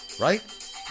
right